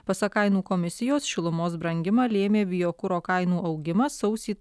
pasak kainų komisijos šilumos brangimą lėmė biokuro kainų augimas sausį